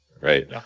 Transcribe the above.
right